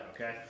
Okay